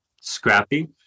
scrappy